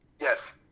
Yes